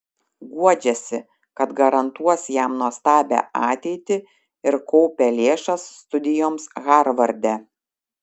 guodžiasi kad garantuos jam nuostabią ateitį ir kaupia lėšas studijoms harvarde